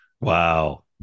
wow